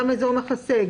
גם אזור מחסה,